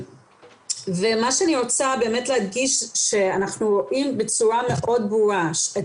אני רוצה להדגיש שאנחנו רואים בצורה מאוד ברורה את